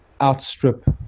outstrip